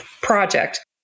project